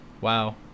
Wow